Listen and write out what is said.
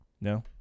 No